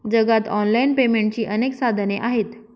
जगात ऑनलाइन पेमेंटची अनेक साधने आहेत